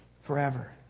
forever